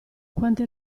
quante